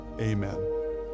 amen